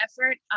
effort